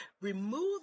Remove